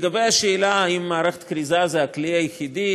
לשאלה אם מערכת כריזה היא הכלי היחידי,